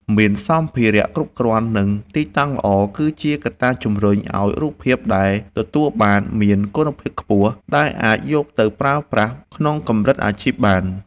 មានសម្ភារៈគ្រប់គ្រាន់ និង ទីតាំងល្អគឺជាកត្តាជម្រុញឱ្យរូបភាពដែលទទួលបានមានគុណភាពខ្ពស់ដែលអាចយកទៅប្រើប្រាស់ក្នុងកម្រិតអាជីពបាន។